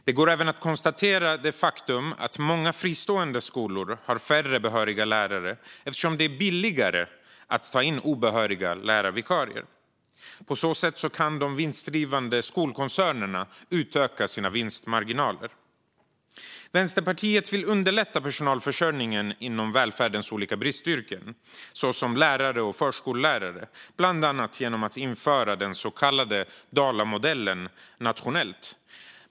Det går även att konstatera det faktum att många fristående skolor har färre behöriga lärare eftersom det är billigare att ta in obehöriga lärarvikarier. På så sätt kan de vinstdrivande skolkoncernerna utöka sina vinstmarginaler. Vänsterpartiet vill underlätta personalförsörjningen inom välfärdens olika bristyrken, såsom lärare och förskollärare, bland annat genom att införa den så kallade Dalamodellen nationellt.